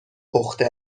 پخته